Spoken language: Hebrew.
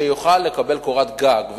שיוכל לקבל קורת גג,